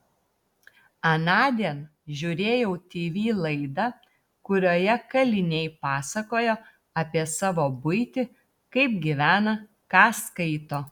anądien žiūrėjau tv laidą kurioje kaliniai pasakojo apie savo buitį kaip gyvena ką skaito